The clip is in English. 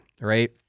right